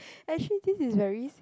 actually this is very